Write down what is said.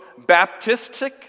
Baptistic